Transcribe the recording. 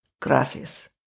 Gracias